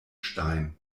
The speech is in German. stein